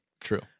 True